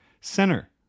Center